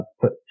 put